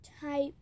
type